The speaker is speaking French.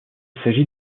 s’agit